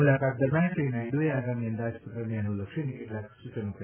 મુલાકાત દરમ્યાન શ્રી નાયડુએ આગામી અંદાજપત્રને અનુલક્ષીને કેટલાક સૂચનો કર્યા હતા